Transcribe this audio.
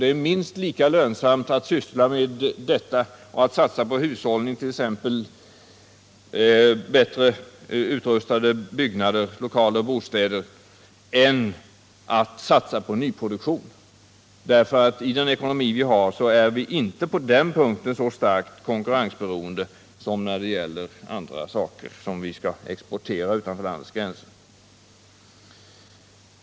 Det är minst lika lönsamt att syssla med detta som att syssla med annat. Vi bör satsa på hushållning, bättre utrustade byggnader, lokaler och bostäder. Det är ofta bättre än att satsa på nyproduktion. I vår ekonomi är vi inte på den punkten så starkt konkurrensberoende som när det gäller det som vi skall exportera utanför landets gränser.